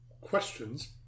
questions